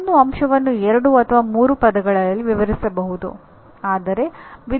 ಪ್ರತಿಯೊಂದು ಅಂಶವನ್ನು ಎರಡು ಅಥವಾ ಮೂರು ಪದಗಳಲ್ಲಿ ವಿವರಿಸಬಹುದು